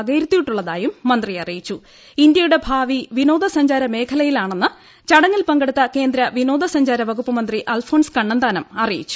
വകയിരുത്തിയിട്ടുള്ളതായും മന്ത്രി ഇന്ത്യയുടെ ഭാവി വിനോദസഞ്ചാര മേഖലയിലാണെന്ന് ചടങ്ങിൽ പങ്കെടുത്ത കേന്ദ്ര വിനോദസഞ്ചാര വകുപ്പ് മന്ത്രി അൽഫോൺസ് കണ്ണന്താനം അറിയിച്ചു